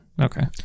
Okay